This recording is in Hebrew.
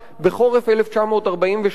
בחורף 1943,